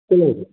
சொல்லுங்கள் சார்